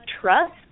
trust